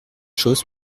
chose